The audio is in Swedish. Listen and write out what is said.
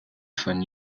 från